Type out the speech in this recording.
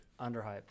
Underhyped